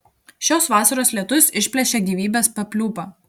šios vasaros lietus išplėšė gyvybės papliūpą